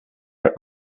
are